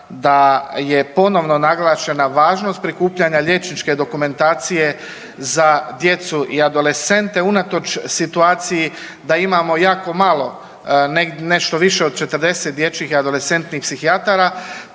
da je ponovno naglašena važnost prikupljanja liječničke dokumentacije djecu i adolescente unatoč situaciji da imamo jako malo, nešto više od 40 dječjih i adolescentnih psihijatara.